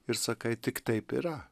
ir sakai tik taip yra